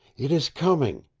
it is coming.